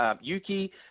Yuki